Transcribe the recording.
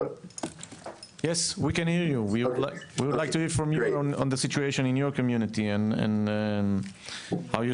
אנחנו נשמח להתעדכן על המצב בקהילה שלכם וכיצד אתם